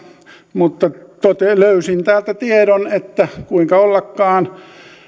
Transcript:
mutta löysin täältä tiedon kuinka ollakaan että